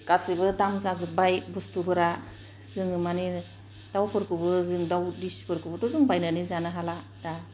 गासिबो दाम जाजोबबाय बुस्थुफोरा जोङो मानि दाउफोरखौबो जों दाउ दिसिफोरखौबोथ' जों बायनानै जानो हाला दा